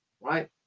Right